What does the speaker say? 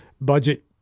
budget